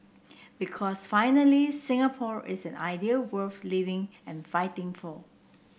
because finally Singapore is an idea worth living and fighting for